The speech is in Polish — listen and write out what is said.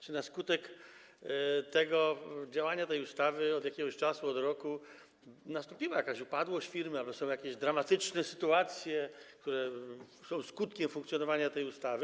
Czy na skutek działania tej ustawy od jakiegoś czasu, od roku, nastąpiła jakaś upadłość firmy albo czy mają miejsce jakieś dramatyczne sytuacje, które są skutkiem funkcjonowania tej ustawy?